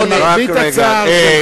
הרי אני שומע למרבה הצער שלך.